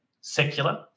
secular